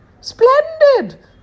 Splendid